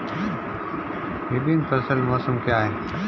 विभिन्न फसल मौसम क्या हैं?